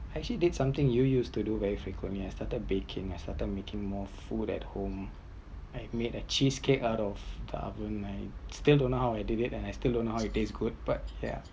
actually did something you used to do very frequently I started baking I started making more food at home I make a cheese cake out of the oven I still don’t how I did it and I still don’t know how it taste good but ya